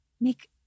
make